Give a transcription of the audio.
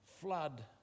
flood